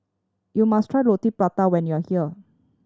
you must try Roti Prata when you are here